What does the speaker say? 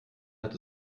hat